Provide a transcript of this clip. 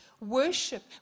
Worship